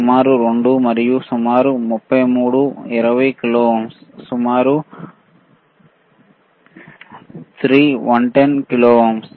సుమారు 2 మరియు సుమారు 33 20 కిలో ఓంలు సుమారు 3 110కిలో ఓంలు